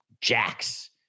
jacks